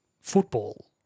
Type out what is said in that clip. football